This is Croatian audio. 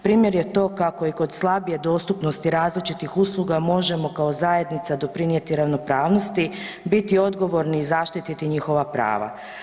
Primjer je to kako i kod slabije dostupnosti različitih usluga možemo kao zajednica doprinijeti ravnopravnosti, biti odgovorni i zaštititi njihova prava.